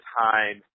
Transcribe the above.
time